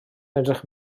edrych